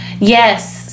Yes